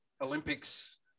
Olympics